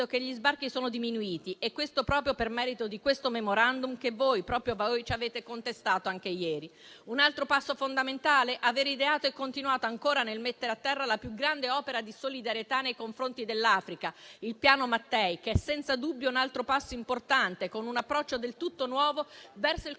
che gli sbarchi sono diminuiti e questo proprio per merito di questo *memorandum* che voi, proprio voi, ci avete contestato anche ieri. Un altro passo fondamentale? Aver ideato e continuato a mettere a terra la più grande opera di solidarietà nei confronti dell'Africa: il Piano Mattei che è senza dubbio un altro passo importante, con un approccio del tutto nuovo verso il